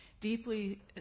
deeply